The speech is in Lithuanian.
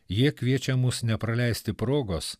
jie kviečia mus nepraleisti progos